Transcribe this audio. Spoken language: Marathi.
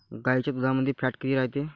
गाईच्या दुधामंदी फॅट किती रायते?